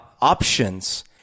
options